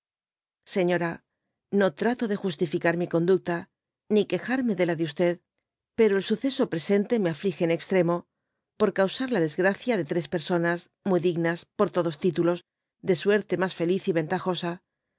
señora no trjito de justificar mi conducta ni quejarme de la de y pero el suceso presente me aflige en e tremoy por causar la desgracia de tres personas muy dignas por todos títulos de suerte mas feliz y ventajosa